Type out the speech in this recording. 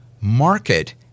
market